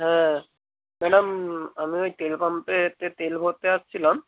হ্যাঁ ম্যাডাম আমি ওই তেল পাম্পে তেল ভরতে আসছিলাম